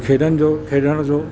खेॾण जो खेलण जो